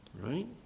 Right